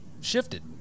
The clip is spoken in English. shifted